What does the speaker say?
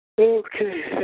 Okay